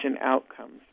outcomes